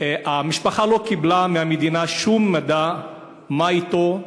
המשפחה לא קיבלה מהמדינה שום מידע מה אתו.